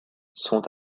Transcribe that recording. sont